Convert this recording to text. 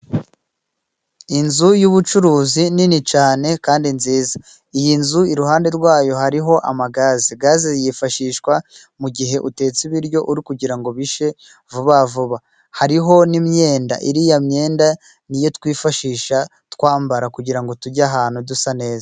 Inzu y'ubucuruzi nini cane kandi nziza, iyi nzu iruhande rwayo hariho amagaze, gaze yifashishwa mu gihe utetse ibiryo uri kugira ngo bishe vuba vuba. Hari ho n'imyenda iriya myenda ni yo twifashisha twambara kugira ngo tujye ahantu dusa neza.